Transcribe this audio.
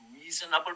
reasonable